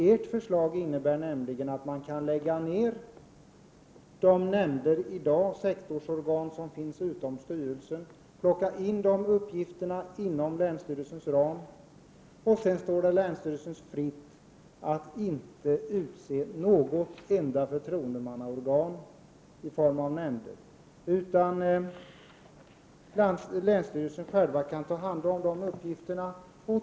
Ert förslag innebär nämligen att man kan lägga ned de nämnder, sektorsorgan, som i dag finns utom styrelsen, plocka in deras uppgifter inom ramen för länsstyrelsen, varefter det står länsstyrelsen fritt att inte utse något enda förtroendemannaorgan i form av nämnder. Enligt förslaget skulle länsstyrelserna således själva ta hand om dessa uppgifter.